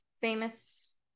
famous